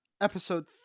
episode